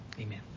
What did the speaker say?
Amen